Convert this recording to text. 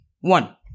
One